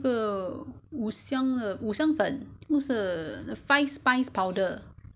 normally I'll cook for about maybe for meat it's about